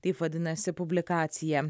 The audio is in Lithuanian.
taip vadinasi publikacija